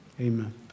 Amen